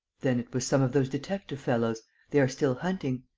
then it was some of those detective-fellows they are still hunting.